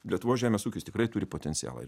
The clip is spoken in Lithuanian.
lietuvos žemės ūkis tikrai turi potencialą ir